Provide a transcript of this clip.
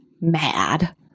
mad